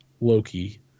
Loki